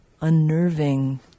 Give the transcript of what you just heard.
unnerving